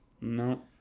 No